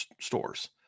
stores